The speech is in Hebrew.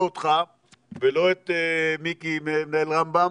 לא אותך ולא את מיקי מנהל רמב"ם